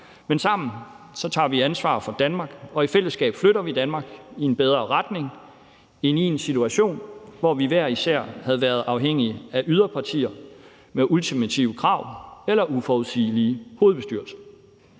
Men sammen tager vi ansvar for Danmark, og i fællesskab flytter vi Danmark i en bedre retning i forhold til en situation, hvor vi hver især havde været afhængige af yderpartier med ultimative krav eller uforudsigelige hovedbestyrelser.